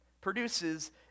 produces